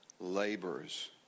laborers